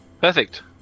Perfect